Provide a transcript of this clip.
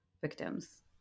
victims